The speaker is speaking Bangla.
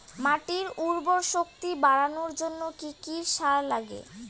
মাটির উর্বর শক্তি বাড়ানোর জন্য কি কি সার লাগে?